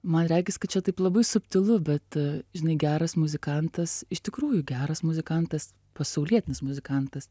man regis kad čia taip labai subtilu bet žinai geras muzikantas iš tikrųjų geras muzikantas pasaulietinis muzikantas